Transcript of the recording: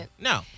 no